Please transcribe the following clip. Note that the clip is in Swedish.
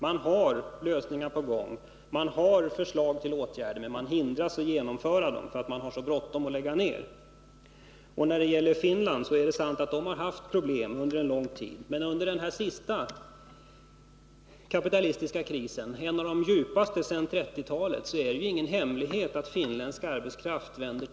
Man har lösningar på gång, man har förslag till åtgärder, men man hindras att genomföra dem därför att det är så bråttom att lägga ner. Det är sant att Finland har haft problem under lång tid, men det är ju ingen hemlighet att under den senaste kapitalistiska krisen, en av de djupaste sedan 1930-talet, vänder finländsk arbetskraft tillbaka.